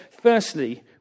Firstly